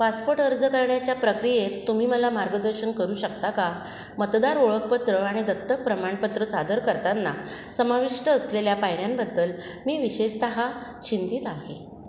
passport अर्ज करण्याच्या प्रक्रियेत तुम्ही मला मार्गदर्शन करू शकता का मतदार ओळखपत्र आणि दत्तक प्रमाणपत्र सादर करताना समाविष्ट असलेल्या पायऱ्यांबद्दल मी विशेषतः चिंतित आहे